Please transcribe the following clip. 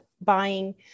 buying